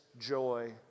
joy